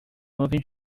movie